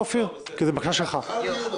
נעולה.